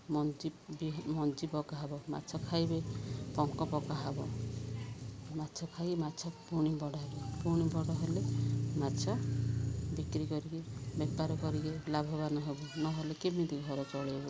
ମଞ୍ଜି ମଞ୍ଜି ପକାହବ ମାଛ ଖାଇବେ ପଙ୍କ ପକାହବ ମାଛ ଖାଇ ମାଛ ପୁଣି ବଡ଼ ହେବେ ପୁଣି ବଡ଼ ହେଲେ ମାଛ ବିକ୍ରି କରିକି ବେପାର କରିକି ଲାଭବାନ ହବୁ ନହେଲେ କେମିତି ଘର ଚଳେଇବୁ